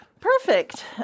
Perfect